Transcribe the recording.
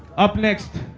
up next,